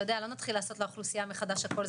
אתה יודע לא נתחיל לעשות לאוכלוסייה מחדש הכול,